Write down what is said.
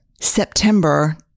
September